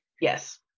Yes